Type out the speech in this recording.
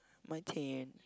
my tent